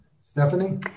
Stephanie